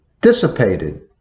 dissipated